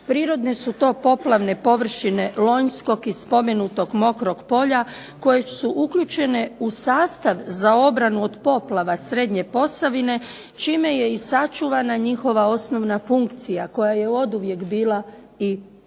Prirodne su to poplavne površine Lonjskog i spomenutog Mokrog polja koji su uključeni u sastav za obranu od poplava srednje Posavine, čime je i sačuvana njihova osnovna funkcija koja je oduvijek bila i u povijesti.